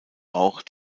auch